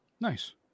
Nice